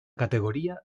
categoría